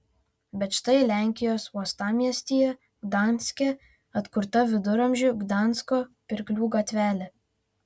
bet štai lenkijos uostamiestyje gdanske atkurta viduramžių gdansko pirklių gatvelė